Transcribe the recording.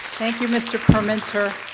thank you, mr. permenter.